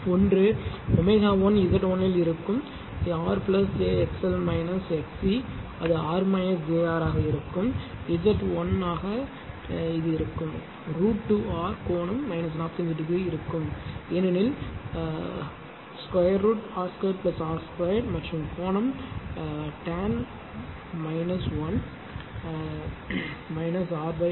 ஒன்று ω1 Z1 இல் இருக்கும் R j XL XC அது R jR ஆக இருக்கும் Z1 ஆக இருக்கும் √ 2 R கோணம் 45 டிகிரி இருக்கும் ஏனெனில் √ R 2 R 2 மற்றும் கோணம் tan 1 ஆர் ஆர்